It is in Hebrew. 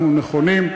אנחנו נכונים,